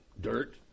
dirt